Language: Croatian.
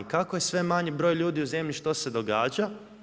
Kako je sve manji broj ljudi u zemlji što se događa?